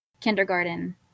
kindergarten